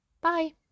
bye